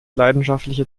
leidenschaftliche